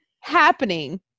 happening